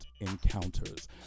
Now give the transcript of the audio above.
encounters